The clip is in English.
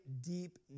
deep